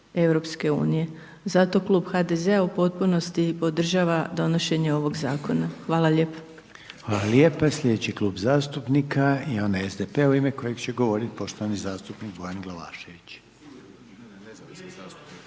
tržištu EU. Zato Klub HDZ-a u potpunosti i podržava donošenje ovog zakona. Hvala lijepa. **Reiner, Željko (HDZ)** Hvala lijepa i slijedeći Klub zastupnika je onaj SDP-a u ime kojeg će govorit poštovani zastupnik Bojan Glavašević.